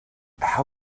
how